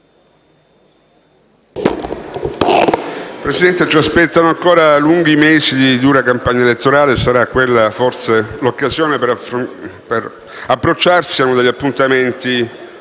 Presidente, ci aspettano ancora lunghi mesi di dura campagna elettorale e sarà magari quella l'occasione per approcciarsi a uno degli appuntamenti